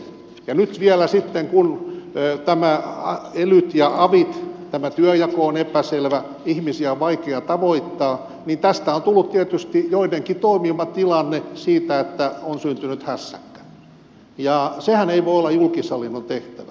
ja nyt vielä sitten kun tämä elyjen ja avien työnjako on epäselvä ihmisiä on vaikea tavoittaa niin tästä on tullut tietysti joidenkin toivoma tilanne siitä että on syntynyt hässäkkä ja sehän ei voi olla julkishallinnon tehtävä